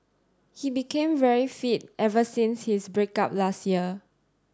he became very fit ever since his break up last year